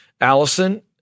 Allison